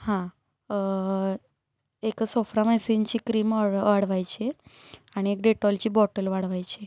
हां एक सोफ्रामायसिनची क्रीम वाढ वाढवायची आहे आणि एक डेटॉलची बॉटल वाढवायची आहे